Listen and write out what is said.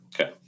Okay